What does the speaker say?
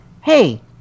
Hey